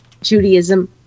Judaism